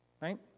Right